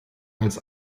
als